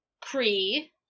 Cree